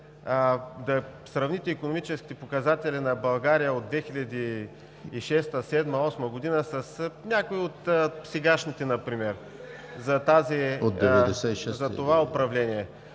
да сравните икономическите показатели на България от 2006-а, 2007-а, 2008 г. с някои от сегашните, например за това управление.